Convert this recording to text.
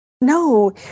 No